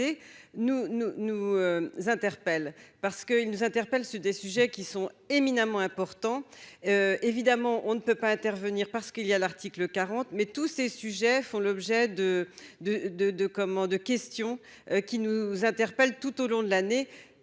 nous interpelle parce qu'ils nous interpellent sur des sujets qui sont éminemment important, évidemment on ne peut pas intervenir parce qu'il y a l'article mais tous ces sujets font l'objet de, de, de, de, comment de questions qui nous interpelle tout au long de l'année,